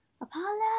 Apollo